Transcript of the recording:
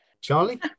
Charlie